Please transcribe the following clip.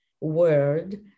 word